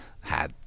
had-